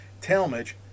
Talmadge